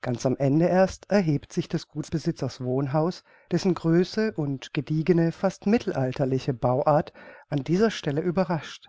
ganz am ende erst erhebt sich des gutsbesitzers wohnhaus dessen größe und gediegene fast mittelalterliche bauart an dieser stelle überrascht